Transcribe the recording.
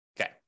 Okay